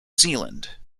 zealand